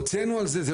הוצאנו על זה הנחיה,